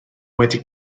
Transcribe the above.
wedi